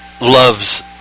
loves